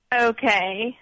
Okay